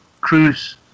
Cruz